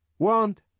Want